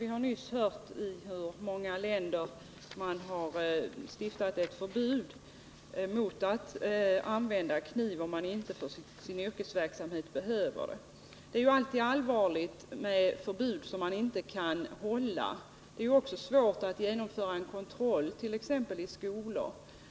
Vi har nyss hört att många länder har infört förbud mot att använda kniv, om man inte i sin yrkesverksamhet behöver den. Det är alltid allvarligt med förbud som man inte kan hålla, och det är också svårt att genomföra kontroll, t.ex. i skolor.